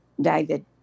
David